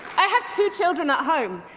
i have two children at home.